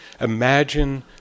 Imagine